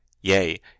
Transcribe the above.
yea